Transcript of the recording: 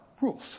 rules